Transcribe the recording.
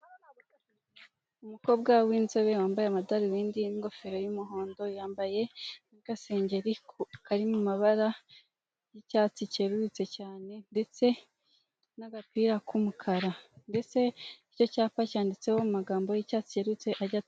Umukobwa w'inzobe wambaye amadarubindi n'ingofero'umuhondo; yambaye agasengeri kari mu mabara y'icyatsi cyerurutse cyane ndetse n'agapira k'umukara; mbese icyo cyapa cyanditseho amagambo y'icyatsi yerurutse ajya